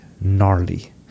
gnarly